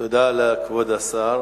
תודה לכבוד השר.